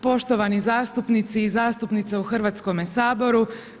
Poštovani zastupnici i zastupnice u Hrvatskome saboru.